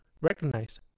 recognize